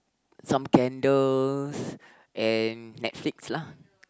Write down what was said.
some candles and Netflix lah